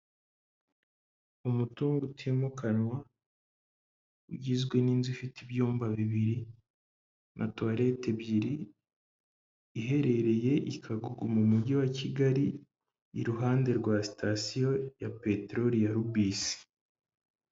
Umutungo utimukanwa ugizwe n'inzu ifite ibyumba bibiri na toilette ebyiri, iherereye i Kagugu mu mujyi wa Kigali, iruhande rwa sitasiyo ya peteroli ya Lubisi.